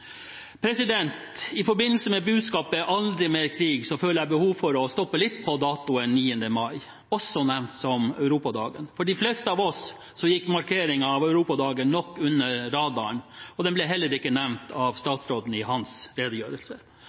I forbindelse med budskapet «aldri mer krig» føler jeg behov for å stoppe litt opp ved datoen 9. mai, også nevnt som europadagen. For de fleste av oss gikk nok markeringen av europadagen under radaren, og den ble heller ikke nevnt av statsråden i hans redegjørelse.